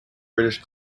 british